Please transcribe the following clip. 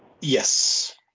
Yes